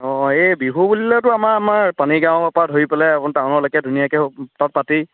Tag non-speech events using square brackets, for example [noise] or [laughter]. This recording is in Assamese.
অঁ এই বিহু বুলিতো আমাৰ আমাৰ পানীগাঁৱৰপৰা ধৰি পেলাই [unintelligible] টাউলৈকে ধুনীয়াকৈ তাত পাতেই